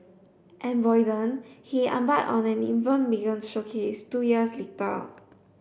embolden he embark on an even biggest showcase two years later